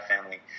family